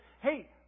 Hey